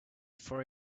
for